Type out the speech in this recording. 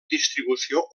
distribució